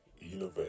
innovation